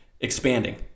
expanding